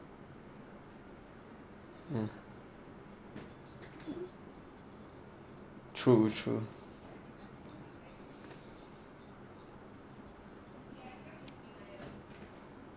mm true true